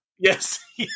yes